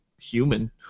human